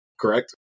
correct